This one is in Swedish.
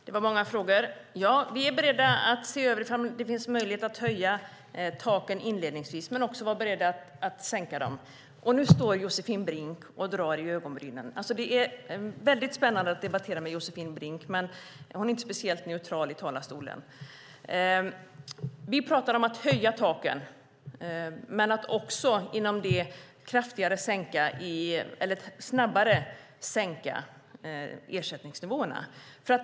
Fru talman! Det var många frågor. Vi är beredda att se över om det finns möjlighet att höja taken inledningsvis, och vi är beredda att sänka dem. Nu står Josefin Brink och höjer på ögonbrynen. Det är spännande att debattera med Josefin Brink, men hon är inte speciellt neutral i talarstolen. Vi pratar om att höja taken, men vi pratar också om att i snabbare takt sänka ersättningsnivåerna.